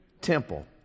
temple